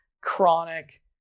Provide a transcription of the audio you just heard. chronic